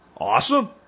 Awesome